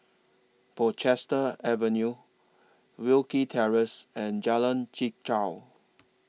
Portchester Avenue Wilkie Terrace and Jalan Chichau